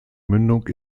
mündung